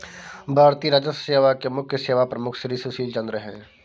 भारतीय राजस्व सेवा के मुख्य सेवा प्रमुख श्री सुशील चंद्र हैं